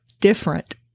different